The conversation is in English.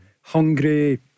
Hungry